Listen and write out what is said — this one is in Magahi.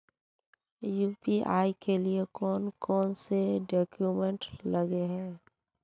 यु.पी.आई के लिए कौन कौन से डॉक्यूमेंट लगे है?